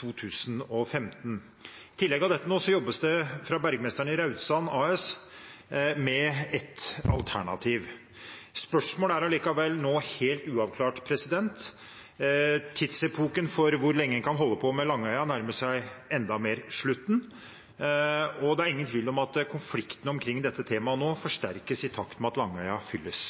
2015. I tillegg til dette jobbes det fra Bergmesteren Raudsand AS med et alternativ. Spørsmålet er likevel nå helt uavklart. Tidsepoken for hvor lenge man kan holde på med Langøya, nærmer seg enda mer slutten, og det er ingen tvil om at konflikten omkring dette temaet nå forsterkes i takt med at Langøya fylles.